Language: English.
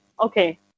okay